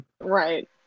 Right